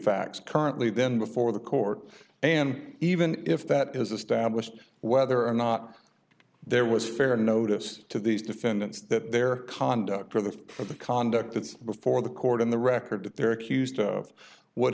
facts currently then before the court and even if that is established whether or not there was fair notice to these defendants that their conduct for the for the conduct that's before the court in the record that they're accused of would